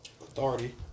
Authority